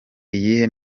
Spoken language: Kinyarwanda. iyihe